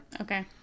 Okay